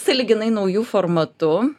sąlyginai nauju formatu